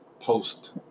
post